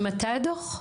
ממתי הדו"ח?